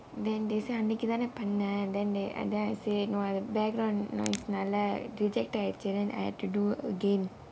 then they say அன்னிக்கி தானே பண்னேன்:annikki thanae pannaen then they and then I say no background noise னாலே:naalae reject ஆயிடுச்சு:aayiduchu then I had to do again